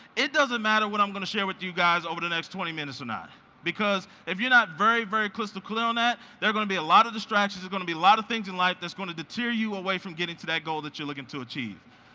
it doesn't matter what i'm gonna share with you guys over the next twenty minutes or not because if you're not very, very crystal clear on that there's gonna be a lot of distractions. there's gonna be a lot of things in life that's going to to tear you away from getting to that goal that you're looking to achieve,